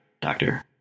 doctor